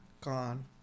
gone